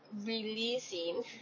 releasing